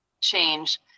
change